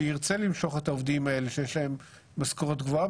שירצה למשוך את העובדים האלה שיש להם משכורת גבוהה,